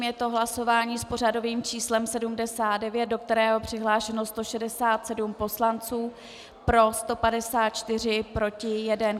Je to hlasování s pořadovým číslem 79, do kterého je přihlášeno 167 poslanců, pro 154, proti 1.